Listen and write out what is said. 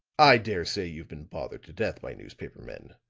i dare say you've been bothered death by newspaper men,